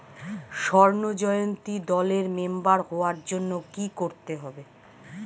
স্বর্ণ জয়ন্তী দলের মেম্বার হওয়ার জন্য কি করতে হবে?